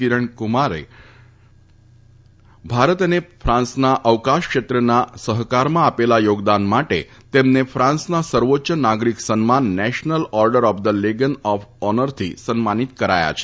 કિરણ કુમારે ભારત અને ફાંસના અવકાશ ક્ષેત્રના સફકારમાં આપેલા યોગદાન માટે તેમને ફાન્સના સર્વોચ્ય નાગરિક સન્માન national order of the legion of ઓનરથી સન્માનિત કરાયા છે